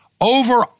over